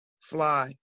fly